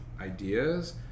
ideas